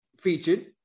featured